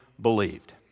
believed